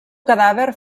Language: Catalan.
cadàver